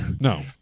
no